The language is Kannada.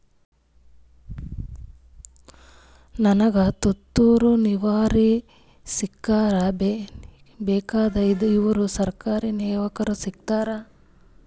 ನನಗ ತುಂತೂರು ನೀರಾವರಿಗೆ ಸ್ಪಿಂಕ್ಲರ ಬೇಕಾಗ್ಯಾವ ಇದುಕ ಸರ್ಕಾರಿ ನೆರವು ಸಿಗತ್ತಾವ?